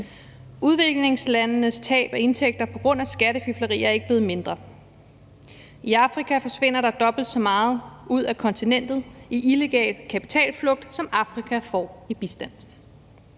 Udviklingslandenes tab af indtægter på grund af skattefifleri er ikke blevet mindre. I Afrika forsvinder der dobbelt så meget ud af kontinentet i illegal kapitalflugt, som Afrika får i bistand.